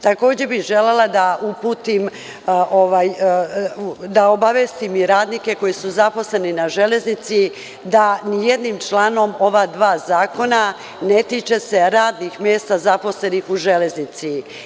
Takođe bih želela da uputim, da obavestim radnike koji su zaposleni na železnici da nijednim članom ova dva zakona ne tiče radnih mesta zaposlenih u železnici.